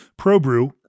probrew